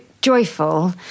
joyful